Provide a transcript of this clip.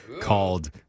called